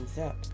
up